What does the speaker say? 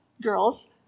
girls